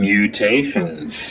Mutations